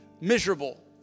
miserable